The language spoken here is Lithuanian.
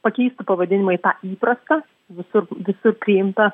pakeistų pavadinimą į tą įprastą visur visur priimtą